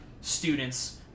students